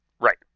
Right